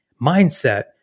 Mindset